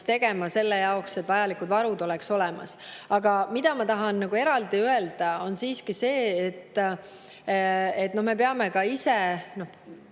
tegema selle jaoks, et vajalikud varud oleks olemas. Ma tahan eraldi öelda siiski seda, et me peame ka ise